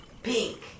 PINK